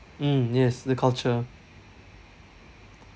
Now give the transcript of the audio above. mm yes the culture